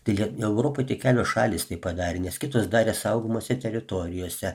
taigi europoj tik kelios šalys tai padarė nes kitos darė saugomose teritorijose